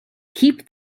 keep